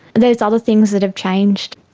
there's other things that have changed.